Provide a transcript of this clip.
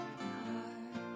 heart